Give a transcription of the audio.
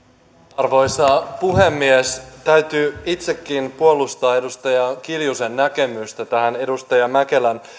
arvoisa puhemies täytyy itsekin puolustaa edustaja kiljusen näkemystä tähän edustaja mäkelän